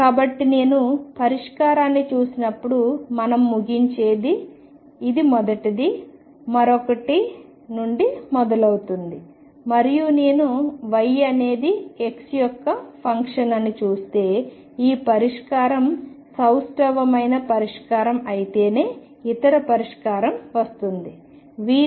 కాబట్టి నేను పరిష్కారాన్ని చూసినప్పుడు మనం ముగించేది ఇది మొదటిది మరొకటి నుండి మొదలవుతుంది మరియు నేను y అనేది x యొక్క ఫంక్షన్ అని చూస్తే ఈ పరిష్కారం సౌష్టవమైన పరిష్కారం అయితేనే ఇతర పరిష్కారం వస్తుంది